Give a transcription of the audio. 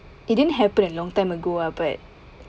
it didn't happen a long time ago ah but